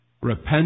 Repent